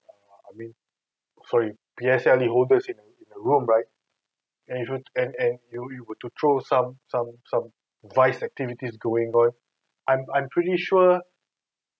I mean sorry P_S_L_E holders in a in a room right and if you and and and you you were to throw some some some vice activities going on I'm I'm pretty sure